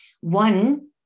One